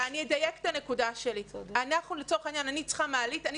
אני אדייק את הנקודה שלי: אני צריכה מעלית אני